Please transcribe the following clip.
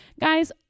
guys